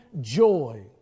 joy